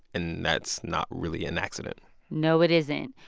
and that's not really an accident no, it isn't.